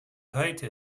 heute